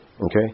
okay